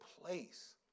place